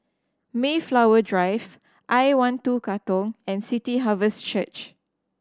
Mayflower Drive I One Two Katong and City Harvest Church